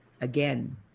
again